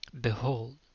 Behold